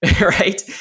Right